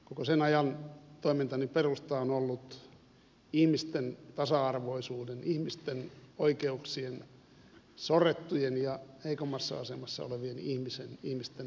koko sen ajan toimintani perusta on ollut ihmisten tasa arvoisuuden ihmisten oikeuksien sorrettujen ja heikommassa asemassa olevien ihmisten puolustaminen